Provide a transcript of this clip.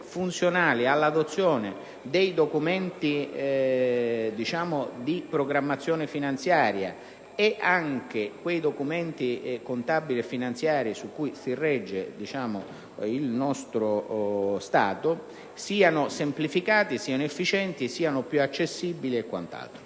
funzionali all'adozione dei documenti di programmazione finanziaria e anche i documenti contabili e finanziari su cui si regge il nostro Stato siano semplificati, efficienti, più accessibili e quant'altro,